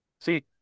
See